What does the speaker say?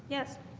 yes,